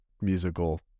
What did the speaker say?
musical